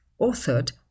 authored